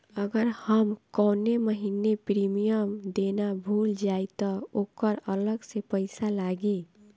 अगर हम कौने महीने प्रीमियम देना भूल जाई त ओकर अलग से पईसा लागी?